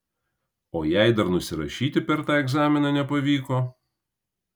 o jei dar nusirašyti per tą egzaminą nepavyko